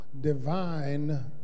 divine